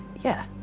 yeah,